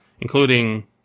including